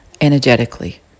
energetically